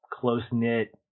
close-knit